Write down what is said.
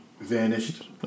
Vanished